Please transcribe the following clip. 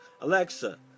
Alexa